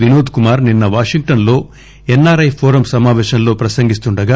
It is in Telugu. వినోద్ కుమార్ నిన్స వాషింగ్టస్ లో ఎన్ఆర్ఐ ఫోరం సమాపేశంలో ప్రసంగిస్తుండగా